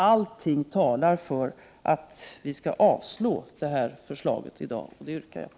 Allt talar för att vi i dag skall avslå detta förslag, och det är också mitt yrkande.